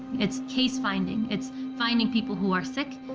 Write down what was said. it's case-finding, it's finding people who are sick,